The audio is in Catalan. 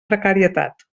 precarietat